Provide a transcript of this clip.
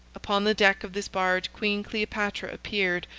upon the deck of this barge queen cleopatra appeared,